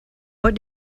what